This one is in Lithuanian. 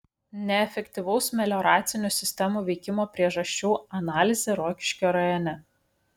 neefektyvaus melioracinių sistemų veikimo priežasčių analizė rokiškio rajone